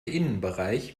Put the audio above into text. innenbereich